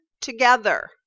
together